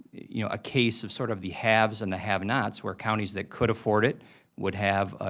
you know, a case of sort of the haves and the have-nots, where counties that could forward it would have, ah